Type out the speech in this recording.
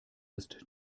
ist